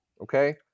okay